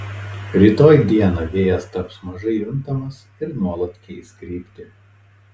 rytoj dieną vėjas taps mažai juntamas ir nuolat keis kryptį